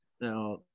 Now